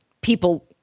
people